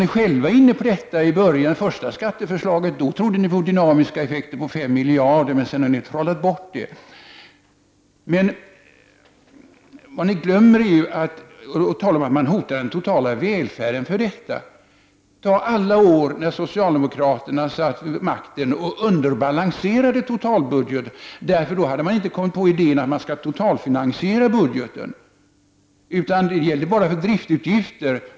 I sitt första skatteförslag trodde socialdemokraterna på dynamiska effekter på 5 miljarder. Men sedan har socialdemokraterna trollat bort dem. Socialdemokraterna talar om att den totala välfärden hotas. Under många år satt socialdemokraterna vid makten och underbalanserade totalbudgeten, eftersom de då inte hade kommit på idén att budgeten skall totalfinansieras; detta gällde bara driftsutgifter.